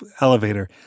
elevator